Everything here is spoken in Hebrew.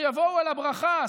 שיבואו על הברכה,